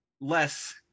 less